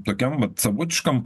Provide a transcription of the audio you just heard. tokiam vat savotiškam